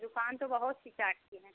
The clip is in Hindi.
दुकान तो बहुत सी चाट की हैं